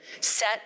Set